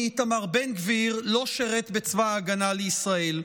איתמר בן גביר לא שירת בצבא ההגנה לישראל,